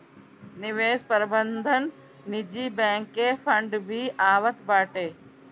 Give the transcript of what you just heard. निवेश प्रबंधन निजी बैंक के फंड भी आवत बाटे